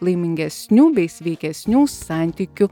laimingesnių bei sveikesnių santykių